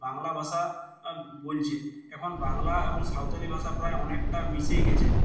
বাংলা ভাষা বলছে এখন বাংলা এবং সাঁওতালি ভাষা প্রায় অনেকটা মিশে গেছে